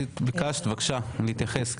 ביקשת בבקשה להתייחס,